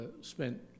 spent